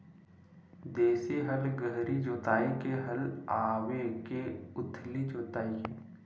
देशी हल गहरी जोताई के हल आवे के उथली जोताई के?